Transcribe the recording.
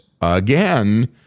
again